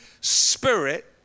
spirit